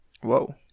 Whoa